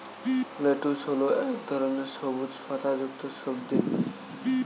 lettuce হল এক ধরনের সবুজ পাতাযুক্ত সবজি